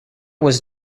was